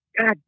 God